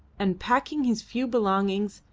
and packing his few belongings,